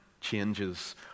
changes